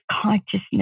consciousness